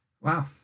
Wow